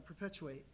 perpetuate